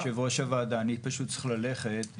יושב-ראש הוועדה, אני פשוט צריך ללכת.